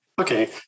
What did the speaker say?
Okay